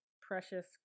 precious